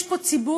יש פה ציבור,